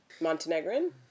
Montenegrin